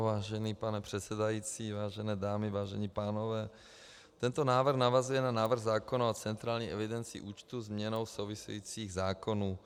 Vážený pane předsedající, vážené dámy, vážení pánové, tento návrh navazuje na návrh zákona o centrální evidenci účtů změnou souvisejících zákonů.